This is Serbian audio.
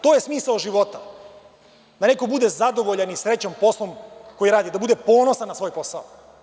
To je smisao života, da neko bude zadovoljan i srećan poslom koji radi, da bude ponosan na svoj posao.